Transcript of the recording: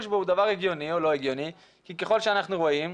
בו הוא דבר הגיוני או לא הגיוני כי ככל שאנחנו רואים,